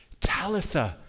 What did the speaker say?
Talitha